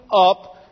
up